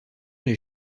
les